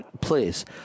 Please